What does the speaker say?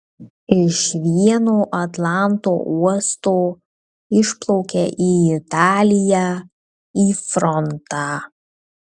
iš vieno atlanto uosto išplaukia į italiją į frontą